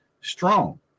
strong